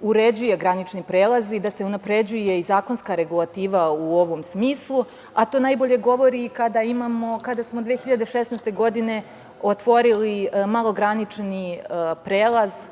uređuju granični prelazi, da se unapređuje i zakonska regulativa u ovom smislu a to najbolje govori kada smo 2016. godine otvorili malogranični prelaz